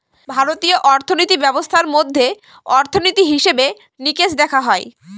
ভারতীয় অর্থিনীতি ব্যবস্থার মধ্যে অর্থনীতি, হিসেবে নিকেশ দেখা হয়